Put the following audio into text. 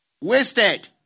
Wasted